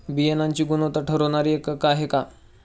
बियाणांची गुणवत्ता ठरवणारे एकक आहे का?